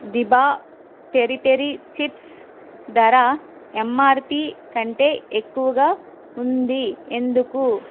దిభా peri peri chips ధర MRP కంటే ఎక్కువగా ఉంది ఎందుకు